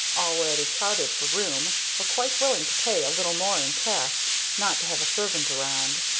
already crowded for room, were quite willing to pay a little more in cash not to have a servant around.